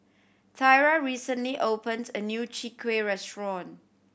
Thyra recently opened a new Chwee Kueh restaurant